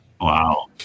Wow